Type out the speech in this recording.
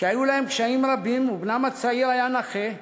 שהיו להם קשיים רבים ובנם הצעיר היה נכה.